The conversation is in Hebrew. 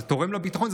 זה תורם לביטחון,